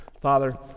Father